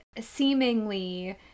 seemingly